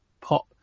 pop